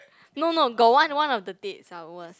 no no got one one of the dates ah worst